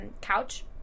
couch